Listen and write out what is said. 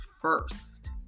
first